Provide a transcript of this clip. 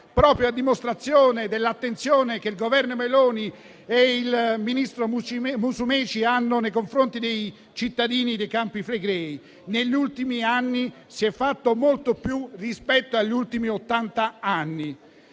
proprio a dimostrazione dell'attenzione che il Governo Meloni e il ministro Musumeci hanno nei confronti dei cittadini dei Campi Flegrei. Negli ultimi anni si è fatto molto di più rispetto agli ultimi ottant'anni.